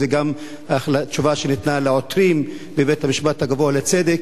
זו גם התשובה שניתנה לעותרים בבית-המשפט הגבוה לצדק,